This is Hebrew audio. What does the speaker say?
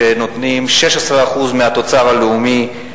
שנותנים 16% מהתוצר הלאומי,